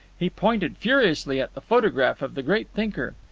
he pointed furiously at the photograph of the great thinker.